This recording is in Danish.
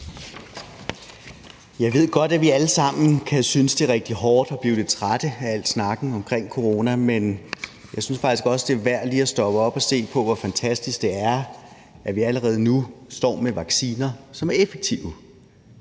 Jeg ved godt, at vi alle sammen kan synes, det er rigtig hårdt, og blive lidt trætte af al snakken om corona, men jeg synes faktisk også, det er værd at lige at stoppe op og se på, hvor fantastisk det er, at vi allerede nu står med vacciner, som er effektive.